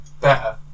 better